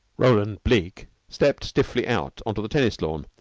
roland bleke stepped stiffly out onto the tennis-lawn.